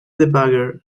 debugger